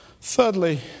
Thirdly